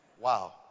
Wow